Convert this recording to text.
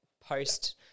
post